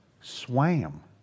swam